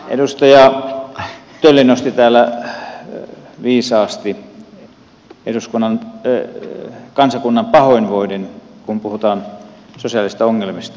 edustaja tölli nosti täällä viisaasti kansakunnan pahoinvoinnin kun puhutaan sosiaalisista ongelmista